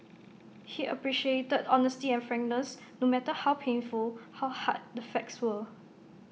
he appreciated honesty and frankness no matter how painful how hard the facts were